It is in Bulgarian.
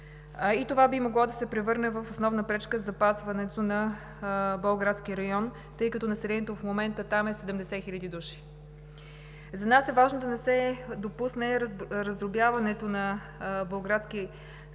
Това би могло да се превърне в основна пречка за запазването на Болградския район, тъй като населението в момента там е 70 хиляди души. За нас е важно да не се допусне раздробяването на Болградския регион